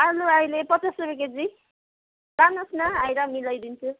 आलु अहिले पचास रुपियाँ केजी लानुहोस् न आएर मिलाइदिन्छु